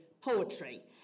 poetry